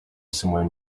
somewhere